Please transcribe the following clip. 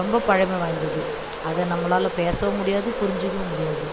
ரொம்ப பழமை வாய்ந்தது அதை நம்பளால் பேசவும் முடியாது புரிஞ்சிக்கவும் முடியாது